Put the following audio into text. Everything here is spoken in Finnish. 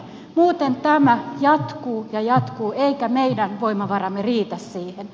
muuten tämä jatkuu ja jatkuu eivätkä meidän voimavaramme riitä siihen